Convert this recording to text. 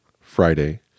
Friday